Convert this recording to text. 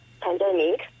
Pandemic